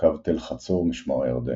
ובקו תל חצור – משמר הירדן,